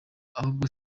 ahubwo